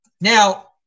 Now